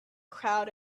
crowd